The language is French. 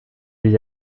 des